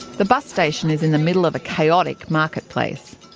the bus station is in the middle of a chaotic marketplace.